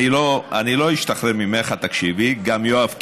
אני לא אשתחרר ממך, את תקשיבי, גם יואב קיש,